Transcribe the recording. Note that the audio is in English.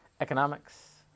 economics